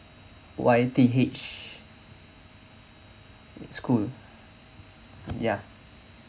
Y T H school ya